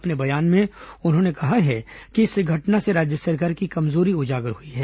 अपने बयान में उन्होंने कहा है कि इस घटना से राज्य सरकार की कमजोरी उजागर हुई है